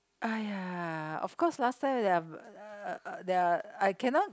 !aiya! of course last time they are uh uh they are I cannot